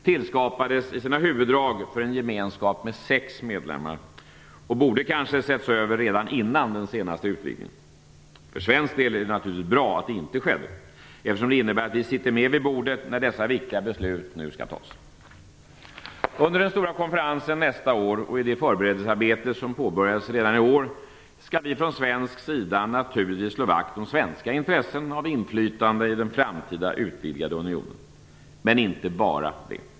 tillskapades i sina huvuddrag för en gemenskap med sex medlemmar och borde kanske setts över redan innan den senaste utvidgningen. För svensk del är det naturligtvis bra att det inte skedde, eftersom det innebär att vi sitter med vid bordet när dessa viktiga beslut nu skall fattas. Under den stora konferensen nästa år och i det förberedelsearbete som påbörjas redan i år skall vi från svensk sida naturligtvis slå vakt om svenska intressen av inflytande i den framtida utvidgade unionen - men inte bara det.